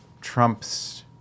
Trump's